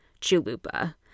chulupa